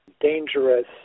dangerous